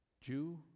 Jew